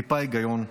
טיפה היגיון,